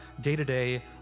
day-to-day